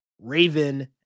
Raven